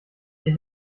ich